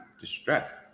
distress